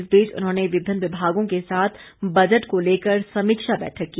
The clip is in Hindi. इस बीच उन्होंने विभिन्न विभागों के साथ बजट को लेकर समीक्षा बैठक की